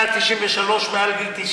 4,193 מעל גיל 90